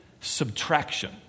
subtraction